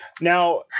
now